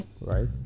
right